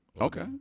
Okay